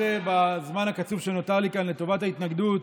בזמן הקצוב שנותר לי כאן לטובת ההתנגדות,